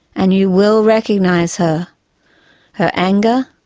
and you will recognise her her anger,